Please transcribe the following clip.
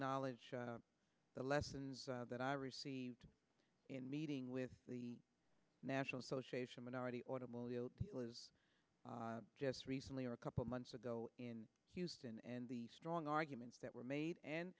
acknowledge the lessons that i received in meeting with the national association of minority automobile dealers just recently or a couple of months ago in houston and the strong arguments that were made and